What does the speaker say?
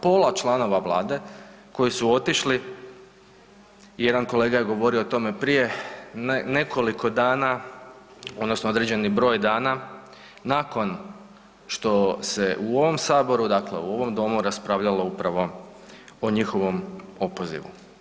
Pola članova Vlade koji su otišli i jedan kolega je govorio o tome prije nekoliko dana odnosno određeni broj dana nakon što se u ovom saboru, dakle u ovom domu raspravljalo upravo o njihovom opozivu.